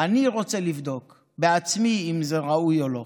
אני רוצה לבדוק בעצמי אם זה ראוי או לא,